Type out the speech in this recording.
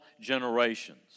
generations